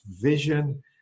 vision